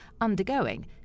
undergoing